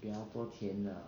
比较多钱的